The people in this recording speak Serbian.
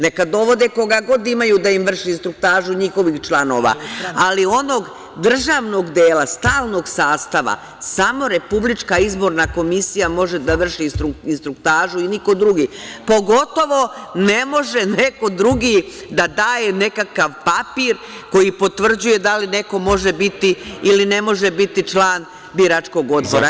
Neka dovode koga god imaju da im vrši instruktažu njihovih članova, ali onog državnog dela, stalnog sastava, samo RIK može da vrši instruktažu i niko drugi, pogotovo ne može neko drugi da daje nekakav papir koji potvrđuje da li neko može biti ili ne može biti član biračkog odbora.